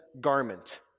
garment